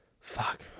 fuck